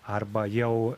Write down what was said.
arba jau